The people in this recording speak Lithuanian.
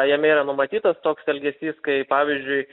jame yra numatytas toks elgesys kai pavyzdžiui